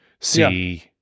see